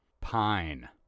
Pine